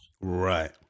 Right